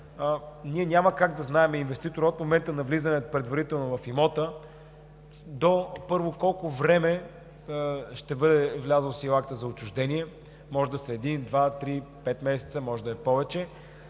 ние няма как да знаем инвеститорът от момента на влизане предварително в имота колко време ще бъде влязъл в сила акта за отчуждение – може да са един, два, три, пет месеца, може да е повече.